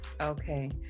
Okay